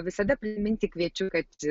visada priminti kviečiu kad